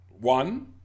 One